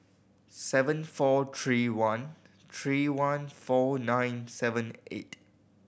seven four three one three one four nine seven eight